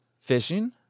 fishing